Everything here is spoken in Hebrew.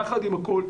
יחד עם זאת,